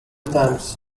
times